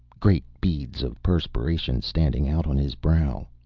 great beads of perspiration standing out on his brow.